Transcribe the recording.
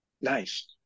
nice